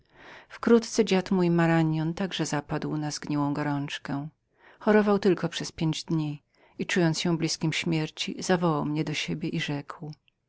wkrótce dziad mój także zapadł na zgniłą gorączkę chorował tylko przez pięć dni i czując się blizkim śmierci zawołał mnie do siebie i rzekł